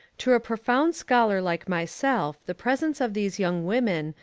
to a profound scholar like myself, the presence of these young women,